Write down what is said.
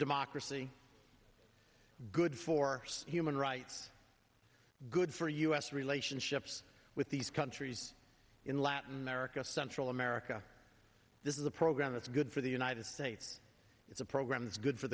democracy good for human rights good for us relationships with these countries in latin america central america this is a program that's good for the united states it's a program that's good for